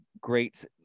great